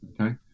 Okay